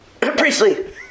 Priestley